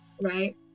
right